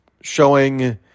showing